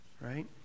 Right